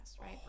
right